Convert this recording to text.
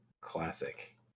classic